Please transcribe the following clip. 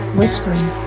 whispering